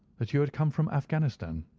that you had come from afghanistan.